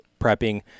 prepping